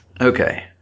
Okay